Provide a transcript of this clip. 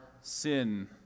sin